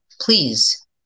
Please